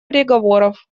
переговоров